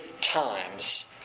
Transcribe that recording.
times